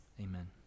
Amen